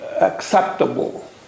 acceptable